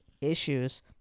issues